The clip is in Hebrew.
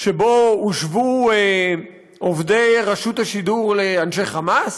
שבו הושוו עובדי רשות השידור לאנשי "חמאס"?